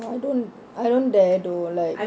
I don't I don't dare though like